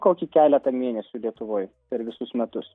kokį keletą mėnesių lietuvoj per visus metus